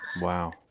Wow